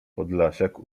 podlasiak